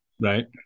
Right